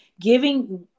giving